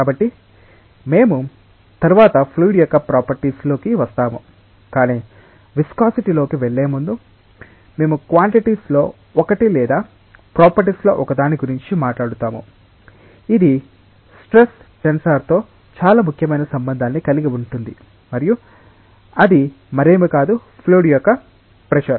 కాబట్టి మేము తరువాత ఫ్లూయిడ్ యొక్క ప్రాపర్టీస్ లోకి వస్తాము కాని విస్కోసిటీ లోకి వెళ్ళే ముందు మేము క్వాన్టిటీస్ లో ఒకటి లేదా ప్రాపర్టీస్ లో ఒకదాని గురించి మాట్లాడుతాము ఇది స్ట్రెస్ టెన్సర్తో చాలా ముఖ్యమైన సంబంధాన్ని కలిగి ఉంటుంది మరియు అది మరేమీ కాదు ఫ్లూయిడ్ యొక్క ప్రెషర్